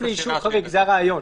הכחול כפוף לאישור חריג, זה הרעיון.